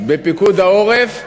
בפיקוד העורף,